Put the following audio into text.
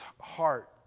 heart